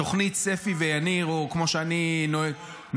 בתוכנית ספי ויניר, או כמו שאני נוהג